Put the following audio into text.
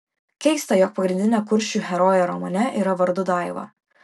keista jog pagrindinė kuršių herojė romane yra vardu daiva